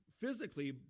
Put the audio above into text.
physically